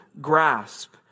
grasp